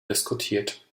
diskutiert